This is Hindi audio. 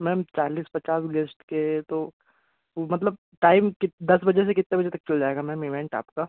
मैम चालीस पचास गेस्ट के तो मतलब टाइम दस बजे से कितने बजे तक चल जाएगा मैम इवेंट आपका